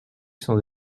sans